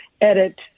edit